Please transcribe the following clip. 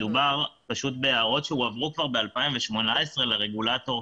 מדובר בהערות שהועברו כבר ב-2018 לרגולטור,